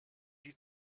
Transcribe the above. die